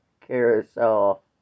carousel